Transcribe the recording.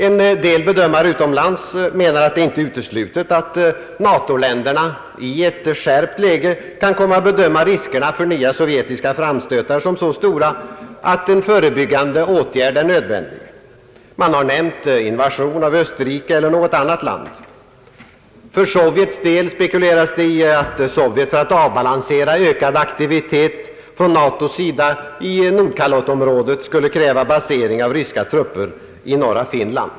En del bedömare utomlands anser det inte uteslutet att NATO-länderna i ett skärpt läge kan komma att bedöma riskerna för nya sovjetiska framstötar som så stora att en förebyggande åtgärd är nödvändig. Man har nämnt invasion av Österrike eller något annat land. Det spekuleras också i att Sovjet för att avbalansera ökad aktivitet från NATO:s sida i Nordkalottområdet skulle kräva basering av ryska trupper i norra Finland.